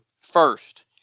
first